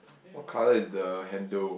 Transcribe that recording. what color is the handle